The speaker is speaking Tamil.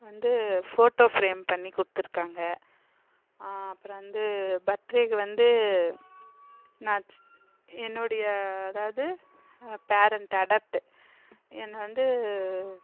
வந்து ஃபோட்டோ ஃபிரேம் பண்ணி கொடுத்துருக்காங்க அப்புறம் வந்து பர்த் டேக்கு வந்து நான் என்னுடைய அதாவது பேரண்ட்டு அடாப்ட்டு என்னை வந்து